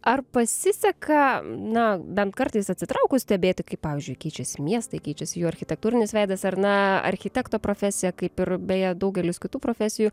ar pasiseka na bent kartais atsitraukus stebėti kaip pavyzdžiui keičiasi miestai keičiasi jų architektūrinis veidas ar na architekto profesija kaip ir beje daugelis kitų profesijų